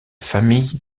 famille